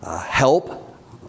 help